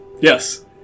Yes